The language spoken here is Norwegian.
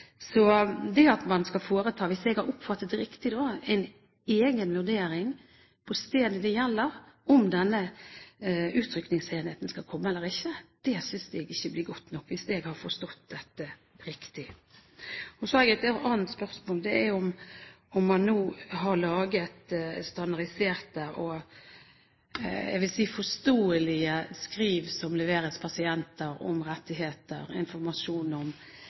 Så det at man skal foreta – hvis jeg har oppfattet det riktig – en egen vurdering på stedet det gjelder av om denne utrykningsenheten skal komme eller ikke, synes jeg ikke blir godt nok. Så har jeg et annet spørsmål. Det er om man nå har laget standardiserte og, jeg vil si, forståelige skriv som leveres pasientene, om rettigheter, informasjon om